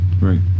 right